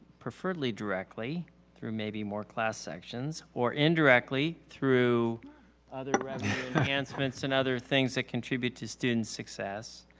preferably directly through maybe more class sections, or indirectly through other revenue enhancements and other things that contribute to student success,